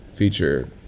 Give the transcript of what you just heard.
feature